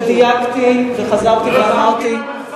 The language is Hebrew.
ודייקתי וחזרתי ואמרתי,